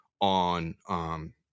on –